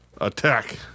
Attack